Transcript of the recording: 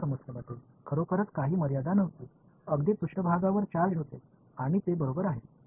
इतर समस्येमध्ये खरोखरच काही मर्यादा नव्हती अगदी पृष्ठभागावर चार्ज होते आणि ते बरोबर आहे